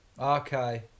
Okay